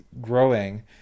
growing